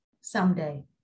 someday